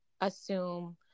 assume